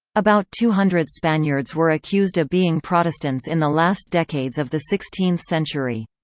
about two hundred spaniards were accused of being protestants in the last decades of the sixteenth century.